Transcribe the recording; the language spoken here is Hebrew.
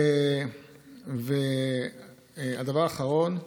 והדבר האחרון,